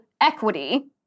equity